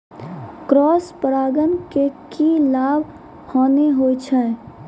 Cross परागण के की लाभ, हानि होय छै?